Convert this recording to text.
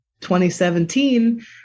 2017